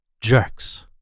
Jerks